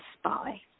spy